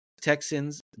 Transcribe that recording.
Texans